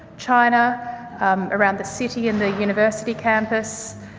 china around the city and university campus,